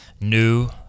new